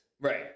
Right